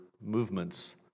movements